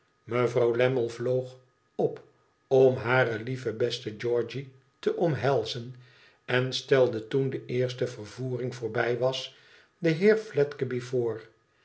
mevrouw lammie vloog op om hare lieve beste georgië te omhelzen en stelde toen de eerste vervoering voorbij was den heer fledgeby voor